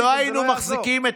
זה לא יעזור.